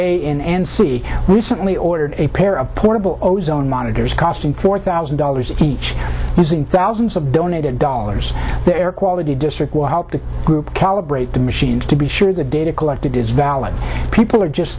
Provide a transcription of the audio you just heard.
see recently ordered a pair of portable ozone monitors costing four thousand dollars each using thousands of donated dollars the air quality district will help the group calibrate the machines to be sure the data collected is valid people are just